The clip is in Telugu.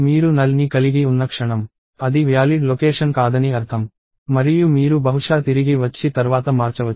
మీరు నల్ ని కలిగి ఉన్న క్షణం అది వ్యాలిడ్ లొకేషన్ కాదని అర్థం మరియు మీరు బహుశా తిరిగి వచ్చి తర్వాత మార్చవచ్చు